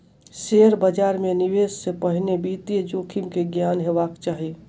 share बाजार मे निवेश से पहिने वित्तीय जोखिम के ज्ञान हेबाक चाही